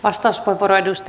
arvoisa puhemies